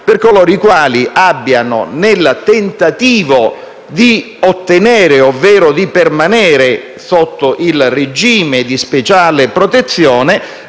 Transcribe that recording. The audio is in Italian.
per coloro i quali abbiano, nel tentativo di ottenere ovvero di permanere sotto il regime di speciale protezione,